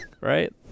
right